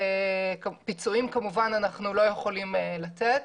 פיצויים, כמובן שאנחנו לא יכולים לתת,